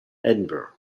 edinburgh